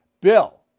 Bill